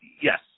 yes